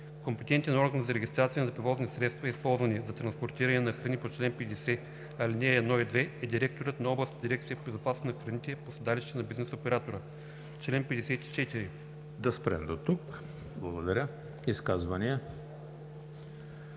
Компетентен орган за регистрация на превозни средства, използвани за транспортиране на храни по чл. 50, ал. 1 и 2, е директорът на областната дирекция по безопасност на храните по седалището на бизнес оператора.“ ПРЕДСЕДАТЕЛ ЕМИЛ ХРИСТОВ: Да спрем дотук, благодаря. Изказвания?